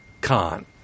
Khan